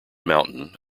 mountain